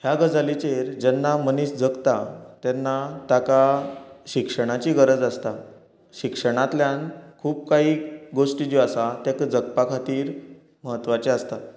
ह्या गजालीचेर जेन्ना मनीस जगता तेन्ना ताका शिक्षणाची गरज आसता शिक्षणांतल्यान खूब काहीं गोश्टीं ज्यो आसा तेका जगपा खातीर म्हत्वाच्यो आसता